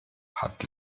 hat